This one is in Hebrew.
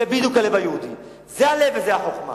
זה בדיוק הלב היהודי, זה הלב וזאת החוכמה.